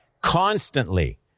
constantly